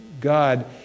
God